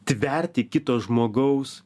tverti kito žmogaus